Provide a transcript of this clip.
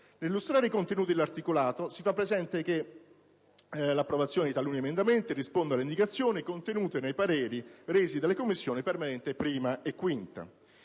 Nell'illustrare i contenuti dell'articolato, si fa presente che l'approvazione di taluni emendamenti risponde alle indicazioni contenute nei pareri resi dalla 1ª e dalla 5ª Commissione permanente. In